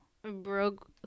broke